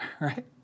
Right